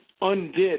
undid